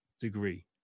degree